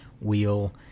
Wheel